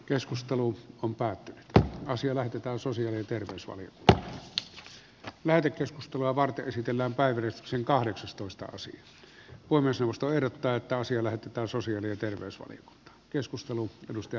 keskustelu on päättynyt ja asia lähetetään sosiaali ja terveysvaliokunta lähetekeskustelua varten esitellään päivi rissasen kahdeksastoista vuosi on myös puhemiesneuvosto ehdottaa että asia lähetetään sosiaali ja terveysvaliokuntaan